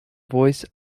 voice